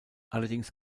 allerdings